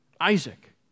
Isaac